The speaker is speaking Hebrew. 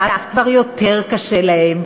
ואז כבר יותר קשה להם.